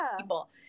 people